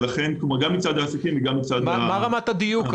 גם מצד העסקים וגם מצד האנשים,